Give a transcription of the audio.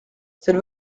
cette